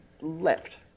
left